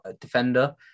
defender